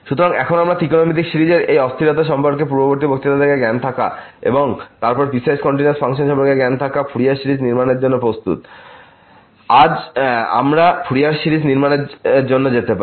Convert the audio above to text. সুতরাং এখন আমরা ত্রিকোণমিতিক সিরিজের এই অস্থিরতা সম্পর্কে পূর্ববর্তী বক্তৃতা থেকে জ্ঞান থাকা এবং তারপর পিসওয়াইস কন্টিনিউয়াস ফাংশন সম্পর্কে জ্ঞান থাকা ফুরিয়ার সিরিজ নির্মাণের জন্য প্রস্তুত আমরা ফুরিয়ার সিরিজ নির্মাণের জন্য যেতে পারি